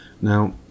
Now